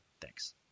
Thanks